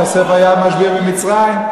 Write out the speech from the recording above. יוסף היה המשביר במצרים.